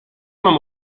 mam